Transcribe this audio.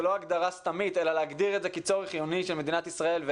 זה לא הגדרה סתמית אלא להגדיר את זה כצורך חיוני של מדינת ישראל.